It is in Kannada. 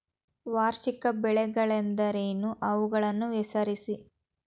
ವಾರ್ಷಿಕ ಬೆಳೆಗಳೆಂದರೇನು? ಅವುಗಳನ್ನು ಹೆಸರಿಸಿ?